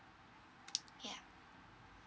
yeah